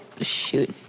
shoot